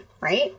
right